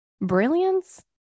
brilliance